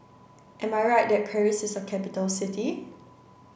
am I right that Paris is a capital city